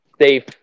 safe